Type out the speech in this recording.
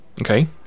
Okay